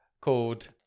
Called